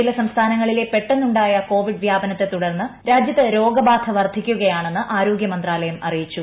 ചില സംസ്ഥാനങ്ങളിലെ പെട്ടെന്നുണ്ടായ കോവിഡ് വ്യാപനത്തെ തുടർന്ന് രാജ്യത്ത് രോഗബാധ വർദ്ധിക്കുകയാണെന്ന് ആരോഗ്യമന്ത്രാലയം അറിയിച്ചു